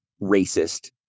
racist